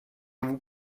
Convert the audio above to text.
vous